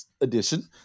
edition